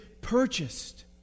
purchased